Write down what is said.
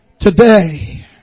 today